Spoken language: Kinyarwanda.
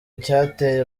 icyateye